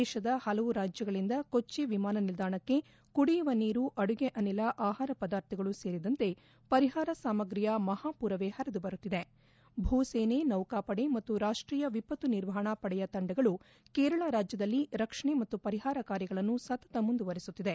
ದೇಶದ ಪಲವು ರಾಜ್ಯಗಳಿಂದ ಕೊಚ್ಡಿ ವಿಮಾನ ನಿಲ್ಲಾಣಕ್ಕೆ ಕುಡಿಯುವ ನೀರು ಅಡುಗೆ ಅನಿಲ ಆಹಾರ ಪದಾರ್ಥಗಳು ಸೇರಿದಂತೆ ಪರಿಹಾರ ಸಾಮಗ್ರಿಯ ಮಹಾಪೂರವೇ ಪರಿದುಬರುತ್ತಿದೆ ಭೂ ಸೇನೆ ನೌಕಾಪಡೆ ಮತ್ತು ರಾಷ್ಟೀಯ ವಿಪತ್ತು ನಿರ್ವಹಣೆ ಪಡೆಯ ತಂಡಗಳು ಕೇರಳ ರಾಜ್ನದಲ್ಲಿ ರಕ್ಷಣೆ ಮತ್ತು ಪರಿಹಾರ ಕಾರ್ಯಗಳನ್ನು ಸತತ ಮುಂದುವರೆಸುತ್ತಿದೆ